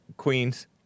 queens